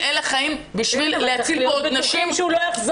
דיברתי על זה אתמול במליאה.